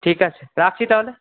ঠিক আছে রাখছি তাহলে